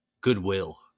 Goodwill